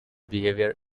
behavior